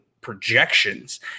projections